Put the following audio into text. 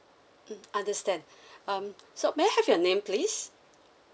mm understand um so may I have your name please